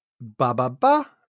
Ba-ba-ba